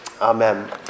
Amen